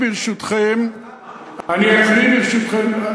ברשותכם, למה הם נדחו?